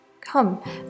Come